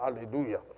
Hallelujah